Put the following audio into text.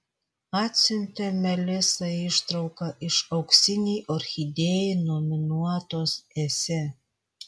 atsiuntė melisai ištrauką iš auksinei orchidėjai nominuotos esė